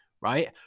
right